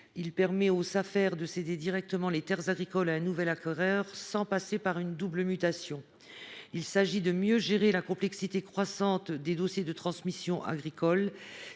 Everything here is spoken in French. rural (Safer) de céder directement des terres agricoles à un nouvel acquéreur, sans passer par une double mutation. Il s’agit de mieux gérer la complexité croissante des dossiers de transmission agricole.